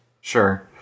Sure